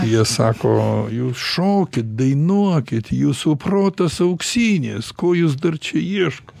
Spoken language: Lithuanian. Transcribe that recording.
jie sako jūs šokit dainuokit jūsų protas auksinis ko jūs dar čia ieško